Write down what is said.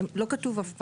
לא כתוב אף פעם,